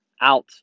out